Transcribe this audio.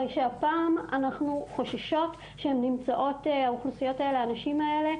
הרי שהפעם אנחנו חוששות שהאנשים האלה